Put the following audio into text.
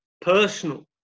personal